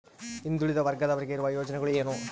ಹಿಂದುಳಿದ ವರ್ಗದವರಿಗೆ ಇರುವ ಯೋಜನೆಗಳು ಏನು?